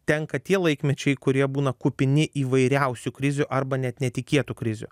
tenka tie laikmečiai kurie būna kupini įvairiausių krizių arba net netikėtų krizių